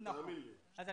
תאמין לי, זה